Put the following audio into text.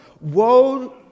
Woe